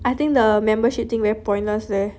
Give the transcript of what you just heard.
I think the membership thing very pointless leh